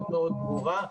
מאוד מאוד ברורה,